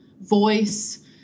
voice